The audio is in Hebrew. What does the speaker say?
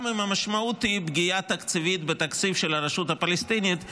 גם אם המשמעות היא פגיעה תקציבית בתקציב של הרשות הפלסטינית,